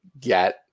get